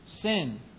sin